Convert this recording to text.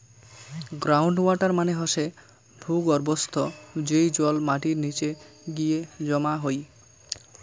ground water মানে হসে ভূর্গভস্থ, যেই জল মাটির নিচে গিয়ে জমা হই